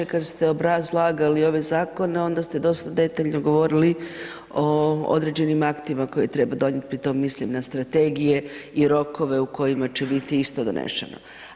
Kada ste obrazlagali ove zakone onda ste dosta detaljno govorili o određenim aktima koje treba donijeti, pri tom mislim na strategije i rokove u kojima će biti isto donešeno.